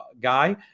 guy